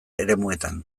eremuetan